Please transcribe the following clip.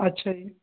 ਅੱਛਾ ਜੀ